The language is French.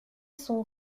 son